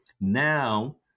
now